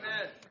Amen